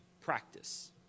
practice